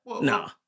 Nah